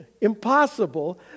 impossible